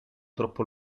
troppo